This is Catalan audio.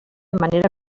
manera